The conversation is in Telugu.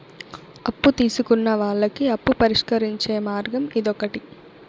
అప్పు తీసుకున్న వాళ్ళకి అప్పు పరిష్కరించే మార్గం ఇదొకటి